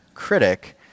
critic